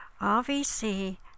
RVC